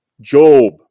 Job